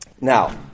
Now